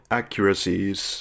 accuracies